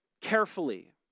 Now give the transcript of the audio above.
carefully